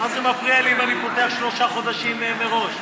מה זה מפריע לי אם אני פותח שלושה חודשים מראש?